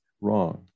wrong